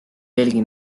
veelgi